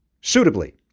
Suitably